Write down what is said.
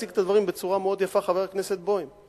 הציג את הדברים בצורה מאוד יפה חבר הכנסת בוים.